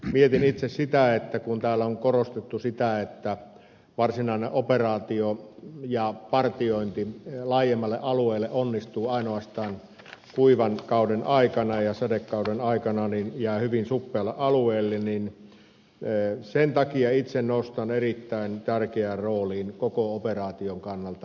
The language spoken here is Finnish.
mietin itse sitä että kun täällä on korostettu että varsinainen operaatio ja partiointi laajemmalle alueelle onnistuu ainoastaan kuivan kauden aikana ja sadekauden aikana jää hyvin suppealle alueelle niin sen takia itse nostan erittäin tärkeään rooliin koko operaation kannalta johtajuuden